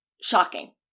shocking